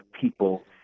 people